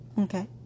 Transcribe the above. okay